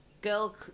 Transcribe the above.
girl